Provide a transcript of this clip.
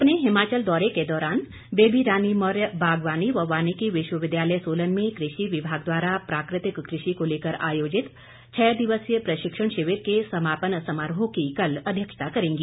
अपने हिमाचल दौरे के दौरान बेबी रानी मौर्य बागवानी व वानीकी विश्वविद्यालय सोलन में कृषि विभाग द्वारा प्राकृतिक कृषि को लेकर आयोजित छः दिवसीय प्रशिक्षण शिविर के समापन समारोह की कल अध्यक्षता करेंगी